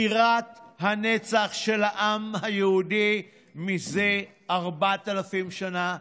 בירת הנצח של העם היהודי מזה 4,000 שנה,